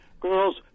girls